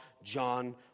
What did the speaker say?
John